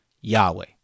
Yahweh